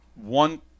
one